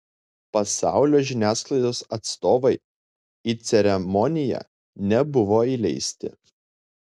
pasaulio žiniasklaidos atstovai į ceremoniją nebuvo įleisti